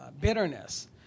bitterness